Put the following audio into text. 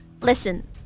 listen